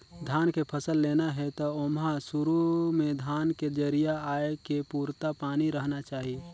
धान के फसल लेना हे त ओमहा सुरू में धान के जरिया आए के पुरता पानी रहना चाही